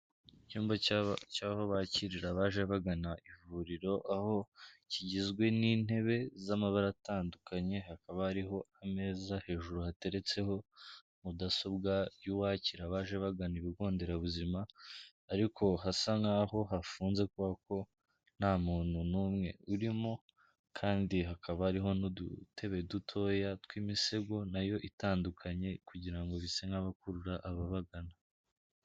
Icyumba cy'aho bakirira abaje bagana ivuriro aho kigizwe n'intebe z'amabara atandukanye hakaba hariho ameza, hejuru hateretseho mudasobwa y'uwakira abaje bagana ibigo nderabuzima ariko hasa nk'aho hafunze kubera ko nta muntu n'umwe urimo kandi hakaba hariho n'udutebe dutoya tw'imisego na yo itandukanye kugira ngo zise n'abakurura ababagana.